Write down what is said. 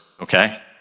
okay